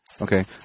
Okay